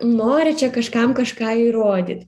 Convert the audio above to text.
nori kažkam kažką įrodyt